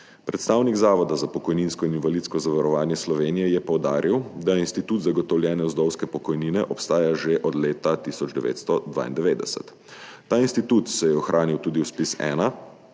Predstavnik Zavoda za pokojninsko in invalidsko zavarovanje Slovenije je poudaril, da institut zagotovljene vdovske pokojnine obstaja že od leta 1992. Ta institut se je ohranil tudi v ZPIZ-1,